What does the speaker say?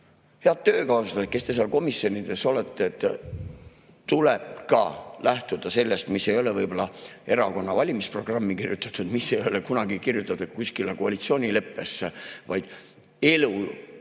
head töökaaslased, kes te seal komisjonis olete, tuleb ka lähtuda sellest, mis ei ole erakonna valimisprogrammi kirjutatud, mis ei ole kunagi kirjutatud kuskile koalitsioonileppesse, vaid on